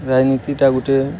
ରାଜନୀତିଟା ଗୁଟେ